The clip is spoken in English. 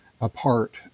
apart